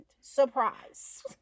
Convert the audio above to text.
surprise